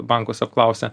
bankus apklausia